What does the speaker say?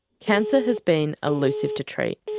cancer has been elusive to treat,